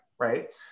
Right